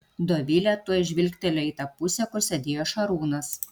dovilė tuoj žvilgtelėjo į tą pusę kur sėdėjo šarūnas